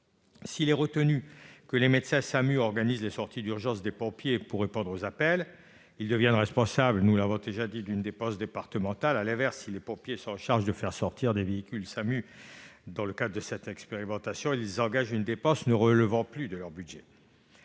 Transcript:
d'aide médicale urgente (SAMU) organisent les sorties d'urgence des pompiers pour répondre aux appels, ils deviennent responsables d'une dépense départementale. À l'inverse, si les pompiers sont chargés de faire sortir les véhicules du SAMU dans le cadre de cette expérimentation, ils engagent une dépense ne relevant plus de leur budget.